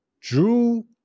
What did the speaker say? Drew